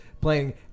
playing